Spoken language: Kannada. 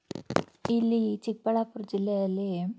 ಇಲ್ಲಿ ಚಿಕ್ಬಳ್ಳಾಪುರ ಜಿಲ್ಲೆಯಲ್ಲಿ